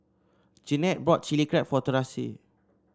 Jeanette bought Chili Crab for Terese